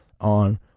on